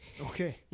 Okay